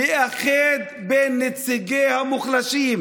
לאחד בין נציגי המוחלשים,